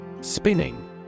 Spinning